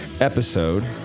episode